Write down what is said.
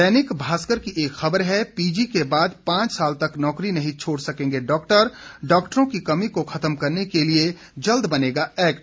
दैनिक भास्कर की एक खबर है पीजी के बाद पांच साल तक नौकरी नहीं छोड़ सकेंगे डॉक्टर डॉक्टरों की कमी को खत्म करने के लिए जल्द बनेगा एक्ट